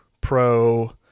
pro